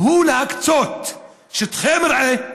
זה להקצות שטחי מרעה,